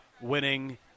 winning